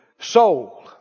soul